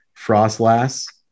Frostlass